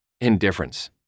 indifference